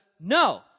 no